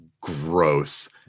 gross